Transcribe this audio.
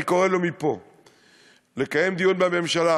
אני קורא לו מפה לקיים דיון בממשלה.